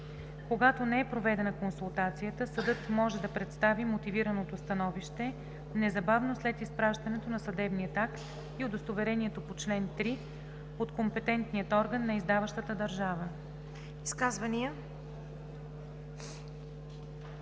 Когато не е проведена консултация, съдът може да представи мотивираното становище незабавно след изпращането на съдебния акт и удостоверението по чл. 3 от компетентния орган на издаващата държава.“